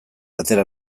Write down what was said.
atera